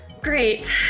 Great